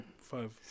five